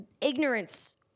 Ignorance